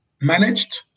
managed